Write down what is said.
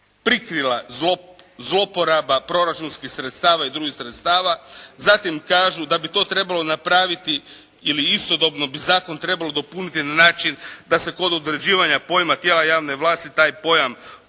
prikrila zloporaba proračunskih sredstava i drugih sredstava. Zatim kažu da bi to trebalo napraviti ili istodobno bi zakon trebalo dopuniti na način da se kod određivanja pojma tijela javne vlasti taj pojam dopuni